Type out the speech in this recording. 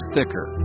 Thicker